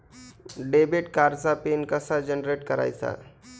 Debit कार्डचा PIN कसा generate करायचा?